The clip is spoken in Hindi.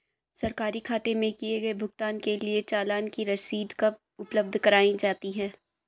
सरकारी खाते में किए गए भुगतान के लिए चालान की रसीद कब उपलब्ध कराईं जाती हैं?